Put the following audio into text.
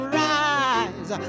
rise